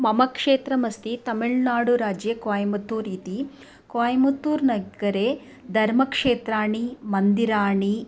मम क्षेत्रमस्ति तमिळनाडुराज्ये कोय्मुत्तूर् इति कोय्मुत्तूर्नगरे धर्मक्षेत्राणि मन्दिराणि